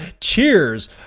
cheers